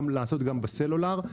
גם לעשות בסלולר.